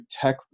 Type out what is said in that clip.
tech